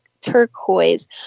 turquoise